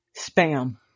Spam